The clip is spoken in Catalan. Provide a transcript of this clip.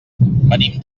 venim